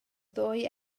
ddwy